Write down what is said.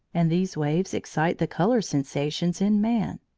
and these waves excite the colour sensations in man.